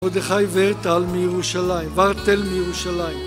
מרדכי ורטל מירושלים, ורתל מירושלים